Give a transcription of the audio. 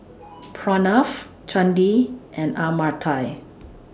Pranav Chandi and Amartya